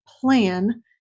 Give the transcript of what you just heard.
plan